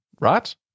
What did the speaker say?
right